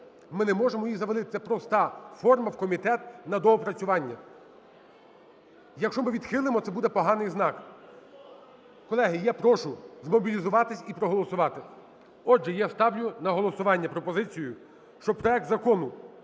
Ми не можемо її завалити. Це проста форма – в комітет на доопрацювання. Якщо ми відхилимо, це буде поганий знак. Колеги, я прошу замобілізуватись і проголосувати. Отже, я ставлю на голосування пропозицію, щоб проект Закону